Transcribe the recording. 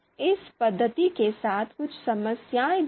इस पद्धति के साथ कुछ समस्याएं भी हैं